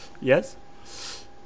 Yes